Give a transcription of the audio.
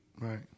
Right